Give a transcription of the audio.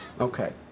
Okay